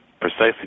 precisely